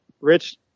rich